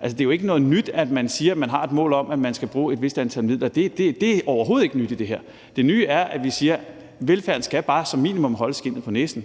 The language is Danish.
Altså, det er jo ikke noget nyt, at man siger, at man har et mål om, at man skal bruge et vist antal midler. Det er overhovedet ikke nyt i det her; det nye er, at vi siger, at velfærden bare som minimum skal holde skindet på næsen.